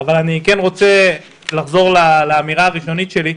אני כן רוצה לחזור לאמירה הראשונית שלי,